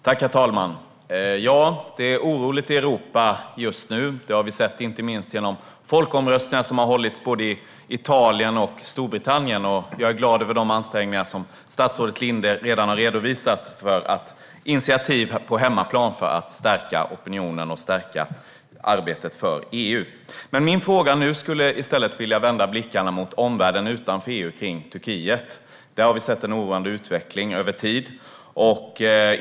Herr talman! Det är oroligt i Europa just nu. Det har vi sett inte minst genom de folkomröstningar som har hållits i Italien och Storbritannien. Jag är glad över de ansträngningar som statsrådet Linde redan har redovisat som handlar om initiativ på hemmaplan för att stärka opinionen och arbetet för EU. Med min fråga nu skulle jag i stället vilja vända blicken mot omvärlden utanför EU och vad som händer i Turkiet. Där har vi sett en oroande utveckling över tid.